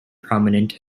prominent